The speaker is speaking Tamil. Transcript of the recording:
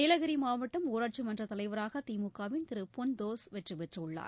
நீலகிரி மாவட்டம் ஊராட்சி மன்றத் தலைவராக திமுகவின் திரு பொன் தோஸ் வெற்றிபெற்றுள்ளார்